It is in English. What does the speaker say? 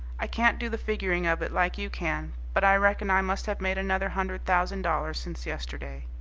i can't do the figuring of it like you can, but i reckon i must have made another hundred thousand dollars since yesterday.